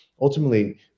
ultimately